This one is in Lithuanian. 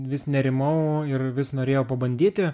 vis nerimau ir vis norėjau pabandyti